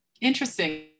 Interesting